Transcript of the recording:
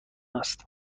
است